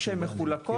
כשהן מחולקות,